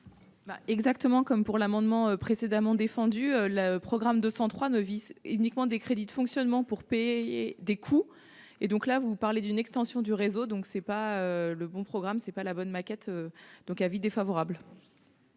Exactement comme pour l'amendement précédemment défendu la programme 203 novices uniquement des crédits de fonctionnement pour P. et des coûts et donc là, vous parlez d'une extension du réseau, donc ce n'est pas le bon programme, c'est pas la bonne, maquettes, donc avis défavorable.